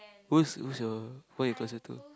who's who's your who you closer to